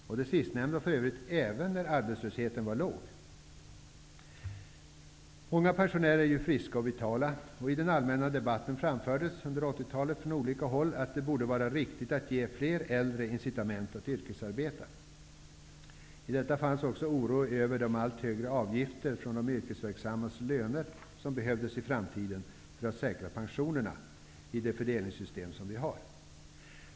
Det här skedde för övrigt även när arbetslösheten var låg. Många pensionärer är friska och vitala, och i den allmänna debatten under 80-talet framfördes från olika håll att det borde vara riktigt att ge fler äldre incitament att yrkesarbeta. I detta fanns också en oro över de allt högre avgifter som behövde tas ut i framtiden från de yrkesverksammas löner för att säkra pensionerna i det fördelningssystem som nu finns.